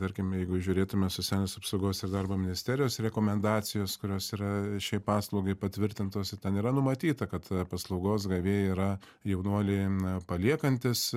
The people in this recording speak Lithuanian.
tarkime jeigu žiūrėtume socialinės apsaugos ir darbo ministerijos rekomendacijos kurios yra šiai paslaugai patvirtintose ten yra numatyta kad paslaugos gavėjai yra jaunuoliai n paliekantis